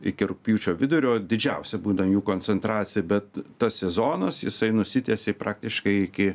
iki rugpjūčio vidurio didžiausia būna jų koncentracija bet tas sezonas jisai nusitęsė praktiškai iki